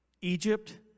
Egypt